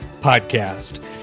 Podcast